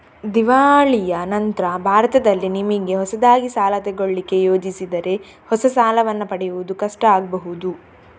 ದಿವಾಳಿಯ ನಂತ್ರ ಭಾರತದಲ್ಲಿ ನಿಮಿಗೆ ಹೊಸದಾಗಿ ಸಾಲ ತಗೊಳ್ಳಿಕ್ಕೆ ಯೋಜಿಸಿದರೆ ಹೊಸ ಸಾಲವನ್ನ ಪಡೆಯುವುದು ಕಷ್ಟ ಆಗ್ಬಹುದು